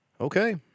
Okay